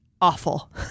awful